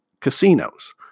casinos